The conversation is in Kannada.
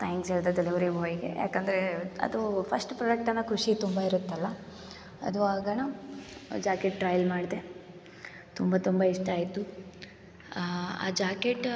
ತ್ಯಾಂಕ್ಸ್ ಹೇಳಿದೆ ಡೆಲಿವರಿ ಬಾಯ್ಗೆ ಯಾಕಂದರೆ ಅದು ಫಸ್ಟು ಪ್ರಾಡಕ್ಟ್ ಅನ್ನೋ ಖುಷಿ ತುಂಬ ಇರುತ್ತಲ್ಲ ಅದು ಆಗೋಣ ಜಾಕೆಟ್ ಟ್ರೈಯಲ್ ಮಾಡಿದೆ ತುಂಬ ತುಂಬ ಇಷ್ಟ ಆಯಿತು ಆ ಜಾಕೆಟ್